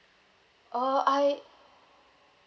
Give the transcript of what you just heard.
uh I